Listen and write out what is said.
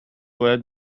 باید